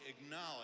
acknowledge